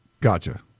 Gotcha